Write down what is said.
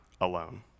alone